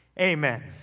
Amen